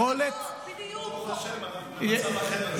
ברוך השם, אנחנו במצב אחר היום.